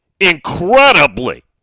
incredibly